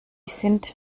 sind